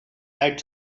add